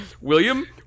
William